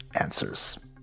answers